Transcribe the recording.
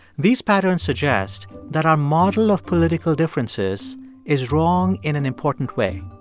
these patterns suggest that our model of political differences is wrong in an important way.